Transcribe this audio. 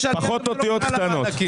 פחות אותיות קטנות.